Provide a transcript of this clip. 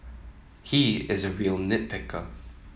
he is a real nit picker